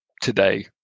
today